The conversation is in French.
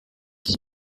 dix